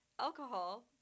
alcohol